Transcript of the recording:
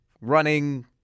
running